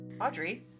Audrey